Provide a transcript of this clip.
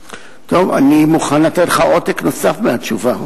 אני מוכן לתת לך עותק נוסף מהתשובה.